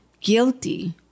guilty